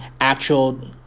actual